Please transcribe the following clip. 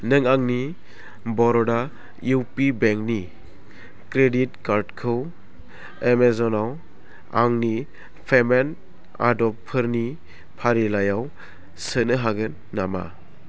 नों आंनि बर'डा इउपि बेंकनि क्रेडिट कार्डखौ एमेजनाव आंनि पेमेन्ट आदबफोरनि फारिलाइयाव सोनो हागोन नामा